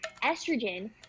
estrogen